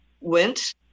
went